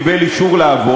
שבה הוא קיבל אישור לעבוד,